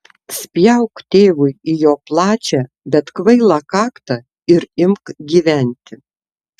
spjauk tėvui į jo plačią bet kvailą kaktą ir imk gyventi